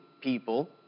people